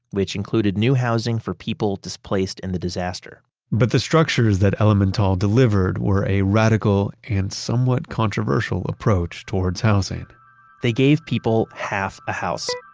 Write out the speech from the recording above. which included new housing for people displaced in the disaster but the structures that elemental delivered were a radical and somewhat controversial approach towards housing they gave people half a house.